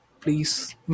please